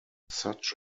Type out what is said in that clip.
such